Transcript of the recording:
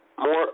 More